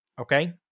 Okay